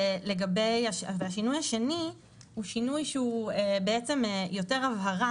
השינוי השני, הוא שינוי שהוא יותר הבהרה.